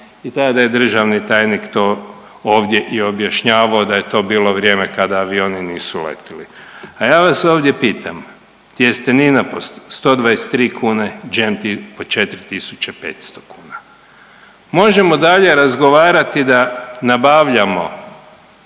i tada je državni tajnik to ovdje i objašnjavao da je to bilo vrijeme kada avioni nisu letili. A ja vas ovdje pitam, tjestenina po 123 kune, džem po 4.500 kuna, možemo dalje razgovarati da nabavljamo